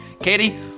Katie